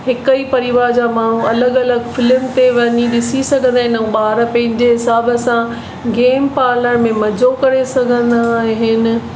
हिकु ई परिवार जा माण्हू अलॻि अलॻि फिल्म ते वञी ॾिसी सघंदा आहिनि ऐं ॿार पंहिंजे हिसाब सां गेम पार्लर में मज़ो करे सघंदा आहिनि